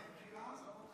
איפה המזבלה?